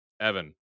evan